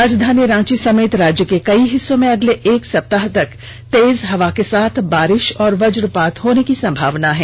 राजधानी रांची समेत राज्य के कई हिस्सों में अगले एक सप्ताह तक तेज हवा के साथ बारिश एवं वजपात होने की संभावना है